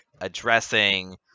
addressing